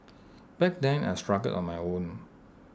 back then I struggled on my own